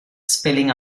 spelling